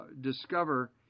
discover